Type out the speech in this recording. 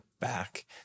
back